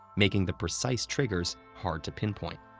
making the precise triggers hard to pinpoint.